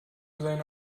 seine